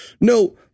No